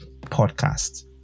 podcast